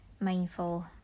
mindful